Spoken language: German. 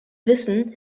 wissen